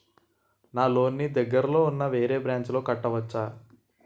నా లోన్ నీ దగ్గర్లోని ఉన్న వేరే బ్రాంచ్ లో కట్టవచా?